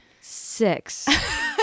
Six